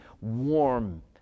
warm